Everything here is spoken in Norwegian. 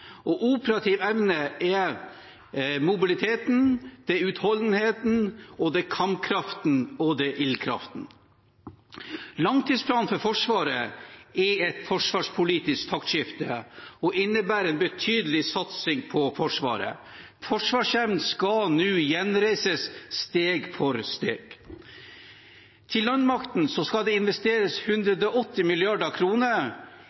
Operativ evne er mobiliteten, det er utholdenheten, det er kampkraften, og det er ildkraften. Langtidsplanen for Forsvaret er et forsvarspolitisk taktskifte og innebærer en betydelig satsing på Forsvaret. Forsvarsevnen skal nå gjenreises steg for steg. Til landmakten skal det investeres